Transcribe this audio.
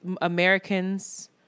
Americans